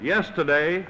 Yesterday